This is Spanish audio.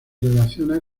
relaciona